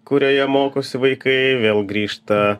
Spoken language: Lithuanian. kurioje mokosi vaikai vėl grįžta